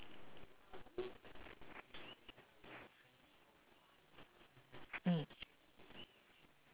mm